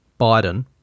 Biden